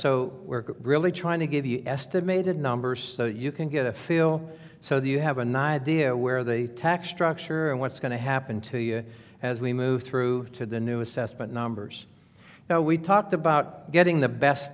so we're really trying to give you an estimated number so you can get a feel so that you have an idea where the tax structure and what's going to happen to you as we move through to the new assessment numbers now we talked about getting the best